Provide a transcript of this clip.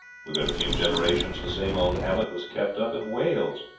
within a few generations the same old habit was kept up in wales,